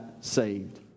saved